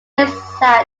exact